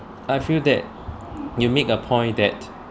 I feel that you make a point that